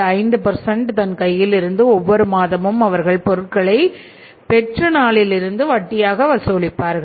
5 தன் கையிலிருந்து ஒவ்வொரு மாதமும் அவர்கள் பொருட்களை பெற்ற நாட்களிலிருந்து வட்டியாக வசூலிப்பார்கள்